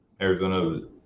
Arizona